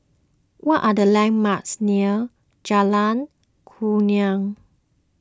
what are the landmarks near Jalan Kurnia